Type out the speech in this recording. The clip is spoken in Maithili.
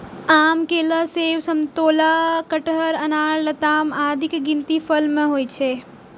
आम, केला, सेब, समतोला, कटहर, अनार, लताम आदिक गिनती फल मे होइ छै